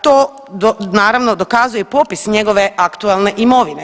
To naravno dokazuje i popis njegove aktualne imovine.